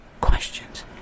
questions